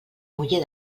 muller